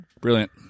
Brilliant